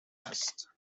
است